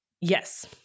yes